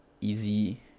Easy